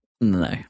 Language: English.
no